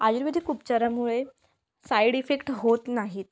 आयुर्वेदिक उपचारामुळे side effect होत नाहीत